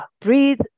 breathe